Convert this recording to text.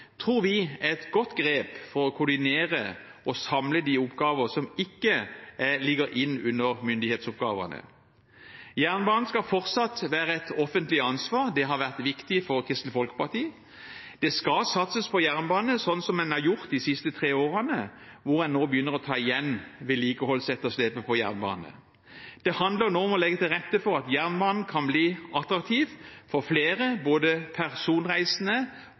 tror vi er et godt grep for å koordinere og samle de oppgaver som ikke ligger innunder myndighetsoppgavene. Jernbanen skal fortsatt være et offentlig ansvar, det har vært viktig for Kristelig Folkeparti. Det skal satses på jernbane, slik som man har gjort de siste tre årene, hvor en nå begynner å ta igjen vedlikeholdsetterslepet på jernbanen. Det handler nå om å legge til rette for at jernbanen kan bli attraktiv for flere, både